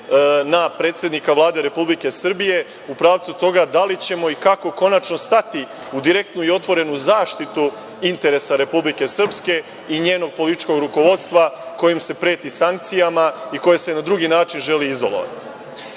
na predsednika Vlade Republike Srbije u pravcu toga da li ćemo i kako konačno stati u direktnu i otvorenu zaštitu interesa Republike Srpske i njenog političkog rukovodstva kojim se preti sankcijama i koje se na drugi način želi